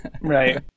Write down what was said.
Right